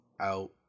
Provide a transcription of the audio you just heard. out